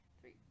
three